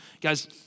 guys